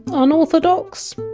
um unorthodox?